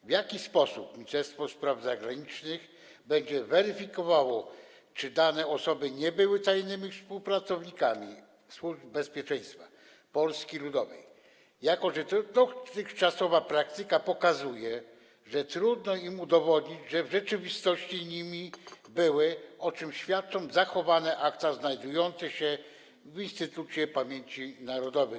W jaki sposób Ministerstwo Spraw Zagranicznych będzie weryfikowało, czy dane osoby nie były tajnymi współpracownikami służb bezpieczeństwa Polski Ludowej, jako że dotychczasowa praktyka pokazuje, że trudno im udowodnić, że w rzeczywistości nimi były, o czym świadczą zachowane akta znajdujące się w Instytucie Pamięci Narodowej?